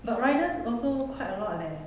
but riders also quite long leh